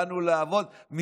באנו לעבוד,